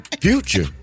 future